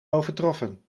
overtroffen